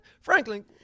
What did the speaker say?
Franklin